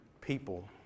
people